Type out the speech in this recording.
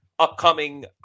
Upcoming